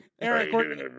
Eric